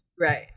Right